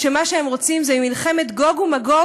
שמה שהם רוצים זה מלחמת גוג-ומגוג,